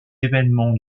événements